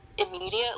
immediately